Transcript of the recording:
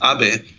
Abe